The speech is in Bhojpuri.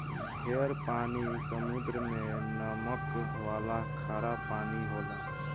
ढेर पानी समुद्र मे नमक वाला खारा पानी होला